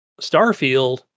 Starfield